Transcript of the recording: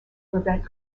prevent